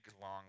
long